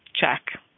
check